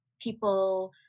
people